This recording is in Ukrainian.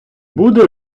буде